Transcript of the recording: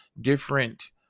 different